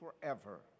forever